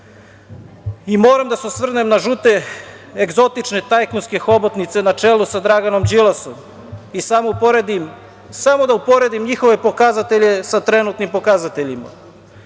da se osvrnem na žute egzotične tajkunske hobotnice na čelu sa Draganom Đilasom i samo da uporedim njihove pokazatelje sa trenutnim pokazateljima.